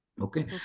okay